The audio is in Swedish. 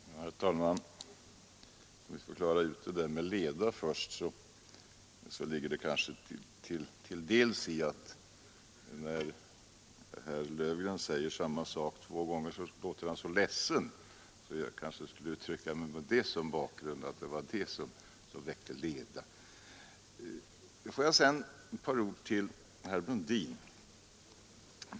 Herr talman! Om vi först skall klara ut talet om leda, vill jag säga att den kanske delvis beror på att herr Löfgren låter så ledsen när han säger samma sak två gånger. Med det som bakgrund kanske jag skulle uttrycka mig så, att det var detta som väckte leda. Sedan ett par ord till herr Brundin.